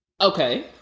Okay